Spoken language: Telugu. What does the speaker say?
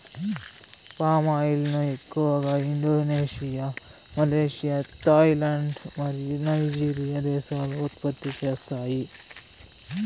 పామాయిల్ ను ఎక్కువగా ఇండోనేషియా, మలేషియా, థాయిలాండ్ మరియు నైజీరియా దేశాలు ఉత్పత్తి చేస్తాయి